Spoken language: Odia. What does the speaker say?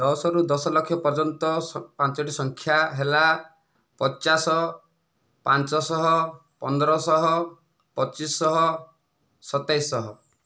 ଦଶରୁ ଦଶ ଲକ୍ଷ ପର୍ଯ୍ୟନ୍ତ ପାଞ୍ଚୋଟି ସଂଖ୍ୟା ହେଲା ପଚାଶ ପାଞ୍ଚଶହ ପନ୍ଦର ଶହ ପଚିଶ ଶହ ସତେଇଶ ଶହ